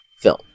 film